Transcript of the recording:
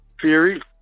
Fury